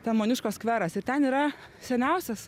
ten moniuškos skveras ir ten yra seniausias